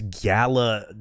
gala